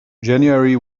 january